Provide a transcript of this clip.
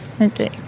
Okay